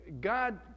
God